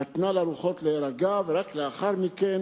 נתנה לרוחות להירגע ורק לאחר מכן